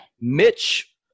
Mitch